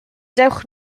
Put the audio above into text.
dewch